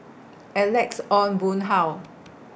Alex Ong Boon Hau